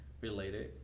related